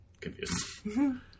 confused